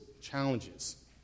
challenges